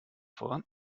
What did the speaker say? voran